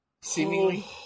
seemingly